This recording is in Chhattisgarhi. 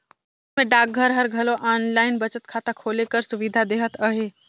देस में डाकघर हर घलो आनलाईन बचत खाता खोले कर सुबिधा देहत अहे